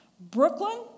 Brooklyn